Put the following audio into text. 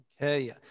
Okay